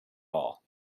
all